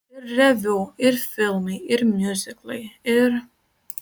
ir reviu ir filmai ir miuziklai ir